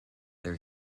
their